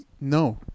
No